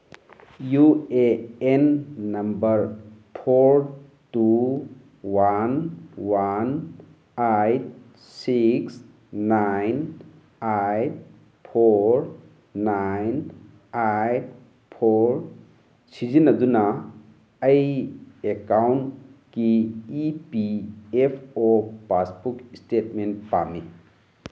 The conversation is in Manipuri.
U A N number four two one one eight six nine eight four nine eight four ꯁꯤꯖꯤꯟꯅꯗꯨꯅ ꯑꯩ ꯑꯦꯀꯥꯎꯟꯀꯤ E P F O passbook statement ꯄꯥꯝꯃꯤ